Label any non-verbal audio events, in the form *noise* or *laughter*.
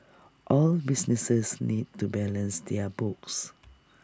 all businesses need to balance their books *noise*